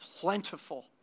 plentiful